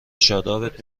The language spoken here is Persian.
شادابت